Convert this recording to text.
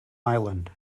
island